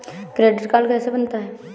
Credit card कैसे बनता है?